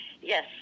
Yes